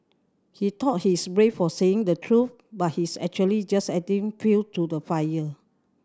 he thought he's brave for saying the truth but he's actually just adding fuel to the fire